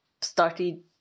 started